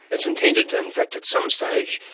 it's intended to in fact at some stage.